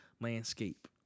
landscape